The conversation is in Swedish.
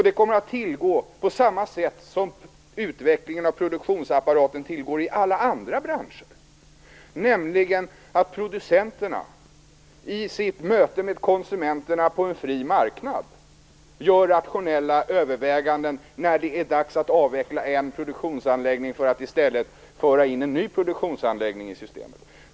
Det kommer att tillgå på samma sätt som utvecklingen av produktionsapparaten tillgår i alla andra branscher, nämligen genom att producenterna i sitt möte med konsumenterna på en fri marknad gör rationella överväganden när det är dags att avveckla en produktionsanläggning för att i stället föra in en ny produktionsanläggning i systemet.